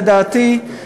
לדעתי,